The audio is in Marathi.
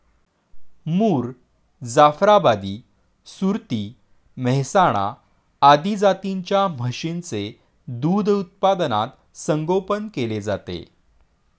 मुर, जाफराबादी, सुरती, मेहसाणा आदी जातींच्या म्हशींचे दूध उत्पादनात संगोपन केले जाते